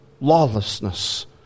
lawlessness